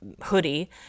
hoodie